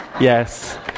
yes